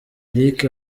eric